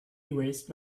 erased